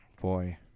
Boy